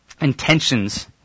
intentions